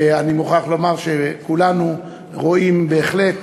ואני מוכרח לומר שבסביבתי כולנו רואים בהחלט